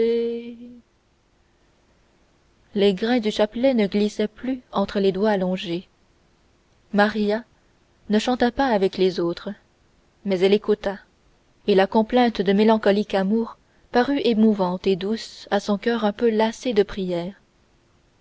les grains du chapelet ne glissaient plus entre les doigts allongés maria ne chanta pas avec les autres mais elle écouta et la complainte de mélancolique amour parut émouvante et douce à son coeur un peu lassé de prières